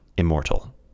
immortal